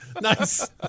Nice